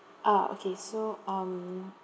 ah okay so um